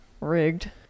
Rigged